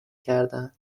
کردهاند